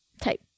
type